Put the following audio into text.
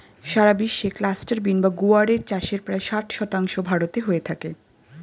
সারা বিশ্বে cluster bean বা গুয়ার এর চাষের প্রায় ষাট শতাংশ ভারতে হয়ে থাকে